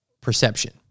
perception